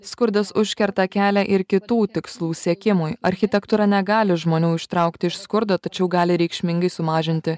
skurdas užkerta kelią ir kitų tikslų siekimui architektūra negali žmonių traukti iš skurdo tačiau gali reikšmingai sumažinti